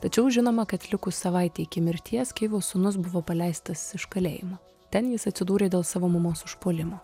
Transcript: tačiau žinoma kad likus savaitei iki mirties keivo sūnus buvo paleistas iš kalėjimo ten jis atsidūrė dėl savo mamos užpuolimo